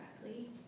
correctly